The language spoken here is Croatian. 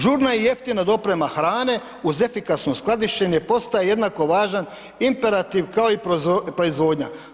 Žurna i jeftina doprema hrane uz efikasno skladištenje postaje jednako važan imperativ kao i proizvodnja.